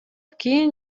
кийин